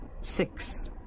six